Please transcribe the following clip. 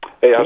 Hey